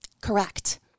Correct